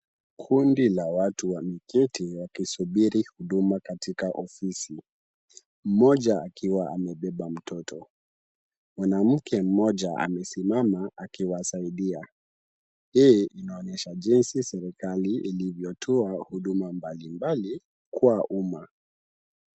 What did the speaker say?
Kundi la watu wameketi wakisubiri huduma katika ofisi. Mmoja akiwa amebeba mtoto. Mwanamke mmoja amesimama akiwasaidia. Hii inaonyesha jinsi serikali ilivyotoa huduma mbalimbali kwa umma.